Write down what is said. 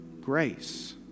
Grace